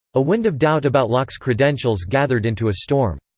a wind of doubt about locke's credentials gathered into a storm.